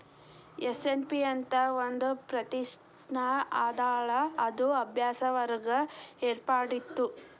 SNP ಅಂತ್ ಒಂದ್ ಪ್ರತಿಷ್ಠಾನ ಅದಲಾ ಅದು ಅಭ್ಯಾಸ ವರ್ಗ ಏರ್ಪಾಡ್ಮಾಡಿತ್ತು